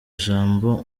ijambo